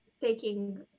taking